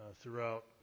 throughout